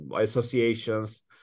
associations